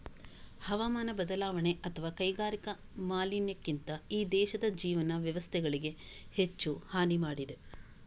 ಹವಾಮಾನ ಬದಲಾವಣೆ ಅಥವಾ ಕೈಗಾರಿಕಾ ಮಾಲಿನ್ಯಕ್ಕಿಂತ ಈ ದೇಶದ ಜೀವನ ವ್ಯವಸ್ಥೆಗಳಿಗೆ ಹೆಚ್ಚು ಹಾನಿ ಮಾಡಿದೆ